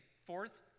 fourth